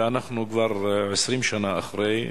ואנחנו כבר 20 שנה אחרי.